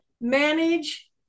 manage